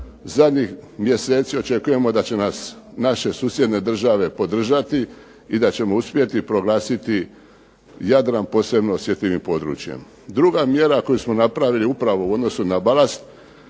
zadnjih mjeseci očekujemo da će nas naše susjedne države podržati i da ćemo uspjeti proglasiti Jadran posebno osjetljivim područjem. Druga mjera koju smo napravili upravo u odnosu na balast